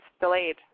delayed